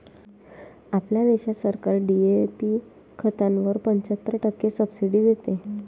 आपल्या देशात सरकार डी.ए.पी खतावर पंच्याहत्तर टक्के सब्सिडी देते